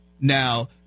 Now